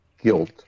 guilt